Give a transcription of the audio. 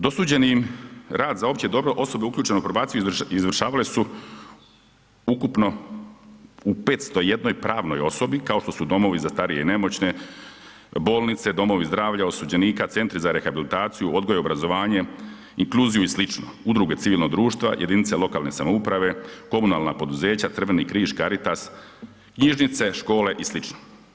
Dosuđeni im rad za opće dobro, osobe uključene u probaciju, izvršavale su ukupno u 501 pravnoj osobi kao što su domovi za starije i nemoćne, bolnice, domovi zdravlja osuđenika, centri za rehabilitaciju, odgoj i obrazovanje inkluziju i slično, udruge civilnog društava, jedinice lokalne samouprave, komunalna poduzeća, Crveni križ, Caritas, knjižnice škole i slično.